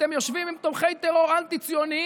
אתם יושבים עם תומכי טרור אנטי-ציונים,